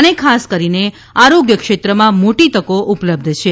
અને ખાસ કરીને આરોગ્ય ક્ષેત્રમાં મોટી તકો ઉપલબ્ધ છે